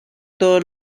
todos